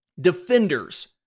defenders